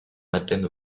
madeleine